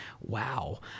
wow